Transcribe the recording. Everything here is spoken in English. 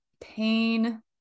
pain